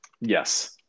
Yes